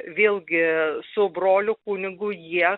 vėlgi su broliu kunigu jie